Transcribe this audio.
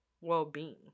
well-being